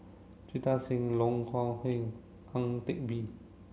Jita Singh Loh Kok Heng Ang Teck Bee